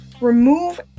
remove